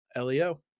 LEO